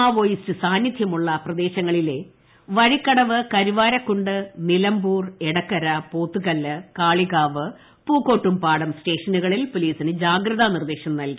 Maoist സാന്നിധ്യമുള്ള പ്രദ്ദേശങ്ങളിലെ വഴിക്കടവ് കരുവാരക്കുണ്ട് നിലമ്പൂർ എടക്കരു പ്പോത്തുകല്ല് കാളികാവ് പൂക്കോട്ടുംപാടം സ്റ്റേഷനുകളിൽട്ട് ് പൊലീസിന് ജാഗ്രതാ നിർദേശം നൽകി